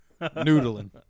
noodling